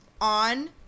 on